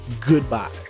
Goodbye